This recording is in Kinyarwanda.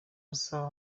masaha